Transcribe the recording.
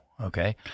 okay